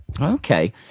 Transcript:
Okay